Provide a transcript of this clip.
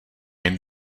jen